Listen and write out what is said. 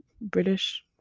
British